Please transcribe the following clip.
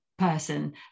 person